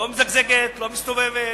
לא מזגזגת, לא מסתובבת,